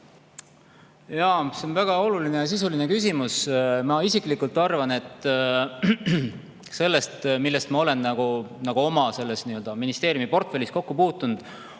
See on väga oluline ja sisuline küsimus. Ma isiklikult arvan, et selle hulgas, millega ma olen oma ministeeriumi portfellis kokku puutunud,